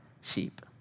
sheep